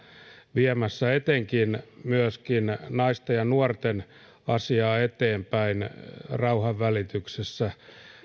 viemässä etenkin myöskin naisten ja nuorten asiaa eteenpäin rauhanvälityksessä